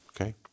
okay